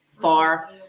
far